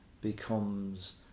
becomes